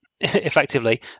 effectively